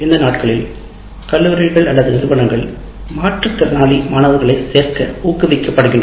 இந்த நாட்களில் கல்லூரிகள் நிறுவனங்கள் மாற்றுத்திறனாளி மாணவர்களை சேர்க்க ஊக்குவிக்கப்படுகின்றன